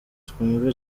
twumva